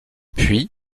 puis